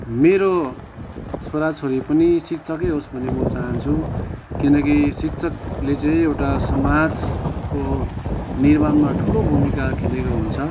मेरो छोराछोरी पनि शिक्षकै होस् भन्ने म चाहन्छु किनकि शिक्षकले चाहिँ एउटा समाजको निर्माणमा ठुलो भूमिका खेलेको हुन्छ